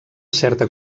certa